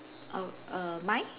oh err mine